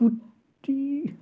সুতুলি